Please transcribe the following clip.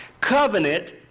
Covenant